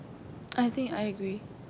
I think I agree